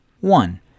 One